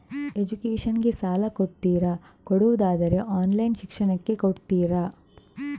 Education ಗೆ ಸಾಲ ಕೊಡ್ತೀರಾ, ಕೊಡುವುದಾದರೆ ಆನ್ಲೈನ್ ಶಿಕ್ಷಣಕ್ಕೆ ಕೊಡ್ತೀರಾ?